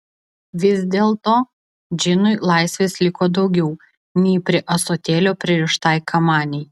vis dėlto džinui laisvės liko daugiau nei prie ąsotėlio pririštai kamanei